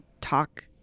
talk